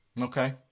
Okay